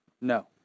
No